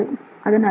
அதன் அர்த்தம் என்ன